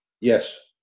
Yes